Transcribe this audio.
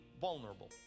vulnerable